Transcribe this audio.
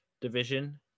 division